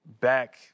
back